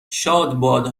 شادباد